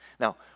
Now